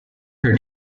her